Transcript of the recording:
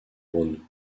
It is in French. rhône